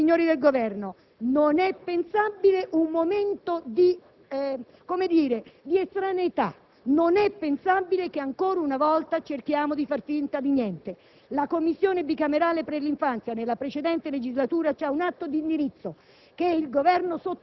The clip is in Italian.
Signori del Governo, non è pensabile un atteggiamento, per così dire, di estraneità, non è pensabile che ancora una volta cerchiamo di fare finta di niente. La Commissione bicamerale per l'infanzia nella precedente legislatura produsse un atto d'indirizzo